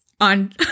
on